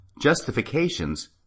justifications